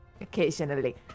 Occasionally